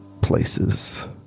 places